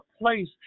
place